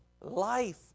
life